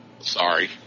sorry